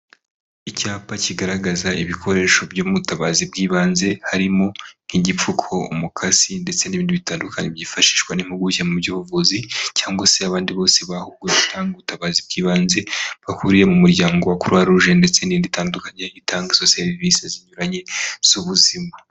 Icyapa kigaragaza ibikoresho byo mu butabazi bw'ibanze, harimo nk'igipfuko, umukasi ndetse n'ibindi bitandukanye byifashishwa n'impuguke mu by'ubuvuzi cyangwa se abandi bose bahuguriwe gutanga ubutabazi bw'ibanze, bahuriye mu muryango wa Kuruwaruje ndetse n'indi itandukanye, itanga izo serivisi zinyuranye, z'ubuzima.